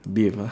beef ah